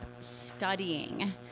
studying